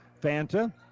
Fanta